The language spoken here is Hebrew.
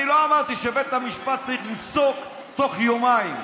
אני לא אמרתי שבית המשפט צריך לפסוק בתוך יומיים.